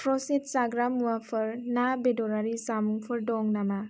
processed जाग्रा मुवाफोर ना बेदरारि जामुंफोर दं नामा